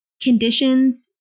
conditions